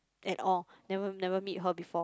at all never never meet her before